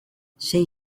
sei